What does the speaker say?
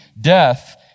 death